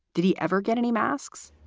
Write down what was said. did he ever get any masks?